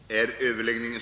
Herr talman!